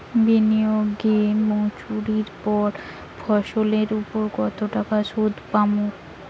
বিনিয়োগ এ মেচুরিটির পর আসল এর উপর কতো টাকা সুদ পাম?